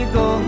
go